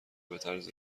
بطرز